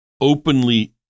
openly